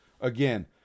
Again